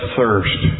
thirst